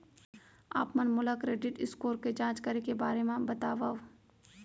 आप मन मोला क्रेडिट स्कोर के जाँच करे के बारे म बतावव?